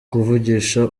kuvugisha